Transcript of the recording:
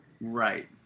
Right